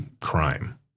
crime